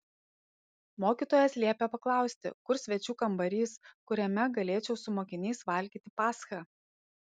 mokytojas liepė paklausti kur svečių kambarys kuriame galėčiau su mokiniais valgyti paschą